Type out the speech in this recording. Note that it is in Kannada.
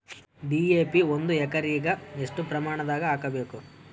ಡಿ.ಎ.ಪಿ ಒಂದು ಎಕರಿಗ ಎಷ್ಟ ಪ್ರಮಾಣದಾಗ ಹಾಕಬೇಕು?